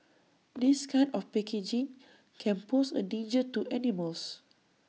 this kind of packaging can pose A danger to animals